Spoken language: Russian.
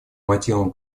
мотивам